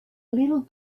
little